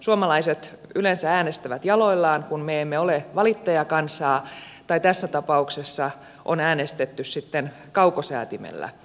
suomalaiset yleensä äänestävät jaloillaan kun me emme ole valittajakansaa tai tässä tapauksessa on äänestetty sitten kaukosäätimellä